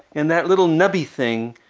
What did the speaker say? and that little nubby thing,